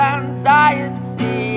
anxiety